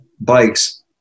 bikes